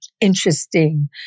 interesting